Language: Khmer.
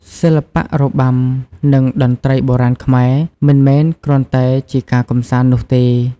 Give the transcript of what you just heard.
សិល្បៈរបាំ និងតន្ត្រីបុរាណខ្មែរ មិនមែនគ្រាន់តែជាការកម្សាន្តនោះទេ។